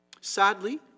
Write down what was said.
Sadly